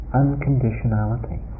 unconditionality